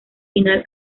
final